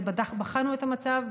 ובחנו את המצב.